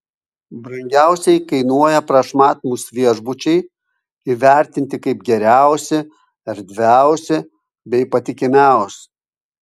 brangiausiai kainuoja prašmatnūs viešbučiai įvertinti kaip geriausi erdviausi bei patikimiausi